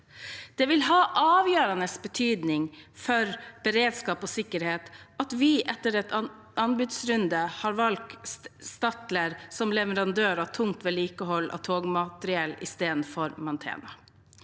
Det vil ha avgjørende betydning for beredskap og sikkerhet at Vy etter en anbudsrunde har valgt Stadler som leverandør av tungt vedlikehold av togmateriell i stedet for Mantena.